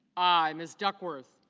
i. miss duckworth